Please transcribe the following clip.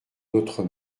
notre